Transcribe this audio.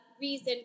reason